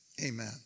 amen